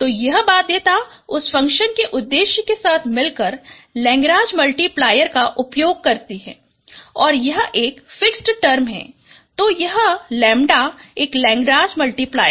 तो यह बाध्यता उस फंक्शन के उद्देश्य के साथ मिलकर लेग्रांज मल्टीप्लायर का उपयोग करती है और यह एक फिक्स्ड टर्म है तो यह लैम्ब्डा एक लेग्रांज मल्टीप्लायर है